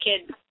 kids